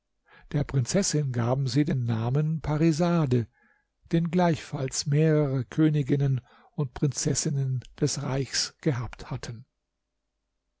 der prinzessin gaben sie den namen parisade den gleichfalls mehrere königinnen und prinzessinnen des reichs gehabt hatten